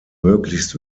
möglichst